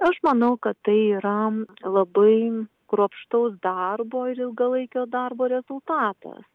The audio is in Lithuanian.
aš manau kad tai yra labai kruopštaus darbo ir ilgalaikio darbo rezultatas